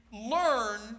learn